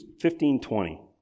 15-20